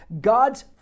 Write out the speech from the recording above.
God's